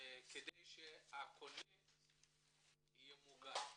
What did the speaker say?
כדי שהקונה יהיה מוגן?